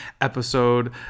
episode